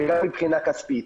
וגם מבחינה כספית.